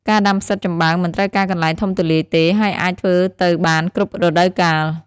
ការដាំផ្សិតចំបើងមិនត្រូវការកន្លែងធំទូលាយទេ ហើយអាចធ្វើទៅបានគ្រប់រដូវកាល។